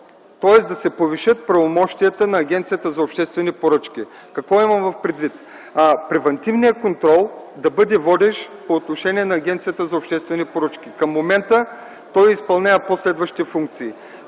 е да се увеличат правомощията на Агенцията за обществени поръчки. Какво имам предвид? Превантивният контрол да бъде водещ по отношение на Агенцията за обществени поръчки. Към момента той изпълнява по следващи функции.